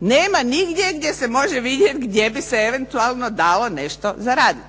Nema nigdje gdje se može vidjeti gdje bi se eventualno dalo nešto zaraditi.